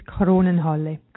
Kronenhalle